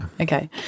Okay